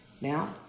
Now